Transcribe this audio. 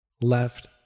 left